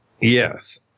Yes